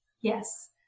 Yes